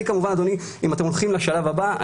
אם אתם הולכים לשלב הבא,